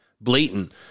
blatant